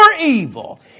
evil